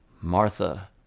Martha